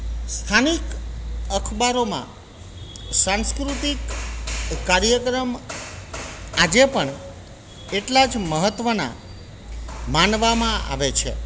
સ્થાનિક અખબારોમાં સાંસ્કૃતિક કાર્યક્રમ આજે પણ એટલા જ મહત્ત્વના માનવામાં આવે છે